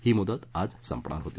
ही मुदत आज संपणार होती